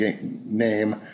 name